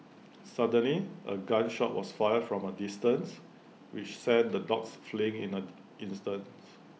suddenly A gun shot was fired from A distance which sent the dogs fleeing in at instants